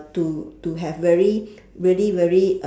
to to have very really very